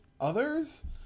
others